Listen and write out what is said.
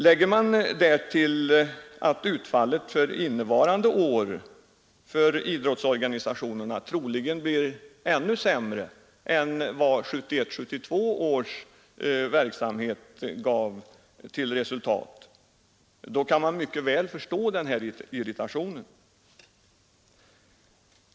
Lägger man därtill att utfallet för idrottsorganisationerna innevarande år troligen blir ännu sämre än 1971/72, kan man mycket väl förstå den här irritationen.